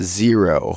zero